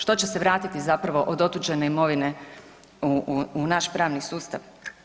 Što će se vratiti zapravo od otuđene imovine u naš pravni sustav?